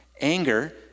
Anger